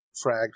frag